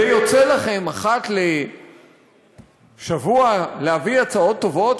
יוצא לכם אחת לשבוע להביא הצעות טובות,